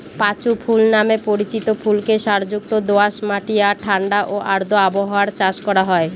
পাঁচু ফুল নামে পরিচিত ফুলকে সারযুক্ত দোআঁশ মাটি আর ঠাণ্ডা ও আর্দ্র আবহাওয়ায় চাষ করা হয়